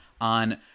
on